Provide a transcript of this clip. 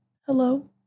hello